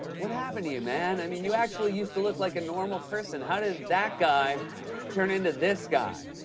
what happened to you, man? i mean, you actually used to look like a normal person. how did that guy turn into this guy?